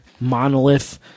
monolith